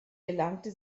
gelangte